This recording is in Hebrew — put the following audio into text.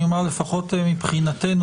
אני אומר שלפחות מבחינתנו,